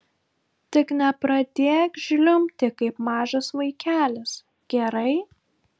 tik nepradėk žliumbti kaip mažas vaikelis gerai